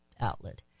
outlet